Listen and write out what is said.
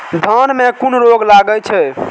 धान में कुन रोग लागे छै?